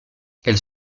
elles